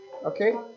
Okay